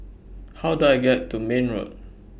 How Do I get to Mayne Road